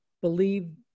believe